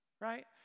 right